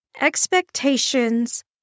expectations